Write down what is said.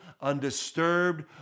undisturbed